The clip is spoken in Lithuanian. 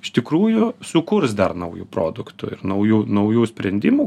iš tikrųjų sukurs dar naujų produktų ir naujų naujų sprendimų